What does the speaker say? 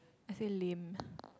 I said lame